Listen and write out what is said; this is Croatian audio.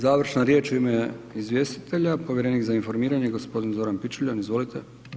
Završna riječ u ime izvjestitelja, Povjerenik za informiranje, g. Zoran Pičuljan, izvolite.